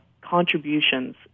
contributions